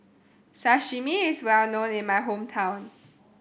sashimi is well known in my hometown